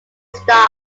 stops